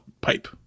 pipe